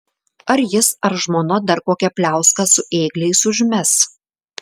ar jis ar žmona dar kokią pliauską su ėgliais užmes